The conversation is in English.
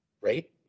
Right